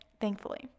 thankfully